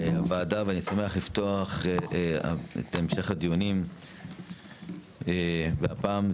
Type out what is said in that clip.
מתכבד לפתוח את ישיבת ועדת הבריאות בנושא